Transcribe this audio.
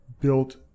built